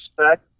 expect